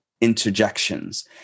interjections